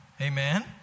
Amen